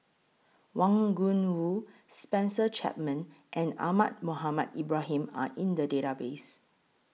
Wang Gungwu Spencer Chapman and Ahmad Mohamed Ibrahim Are in The Database